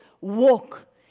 walk